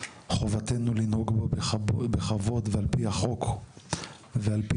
חובתנו לנהוג בו בכבוד ועל פי החוק ועל פי